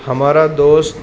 ہمارا دوست